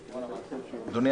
כן, אדוני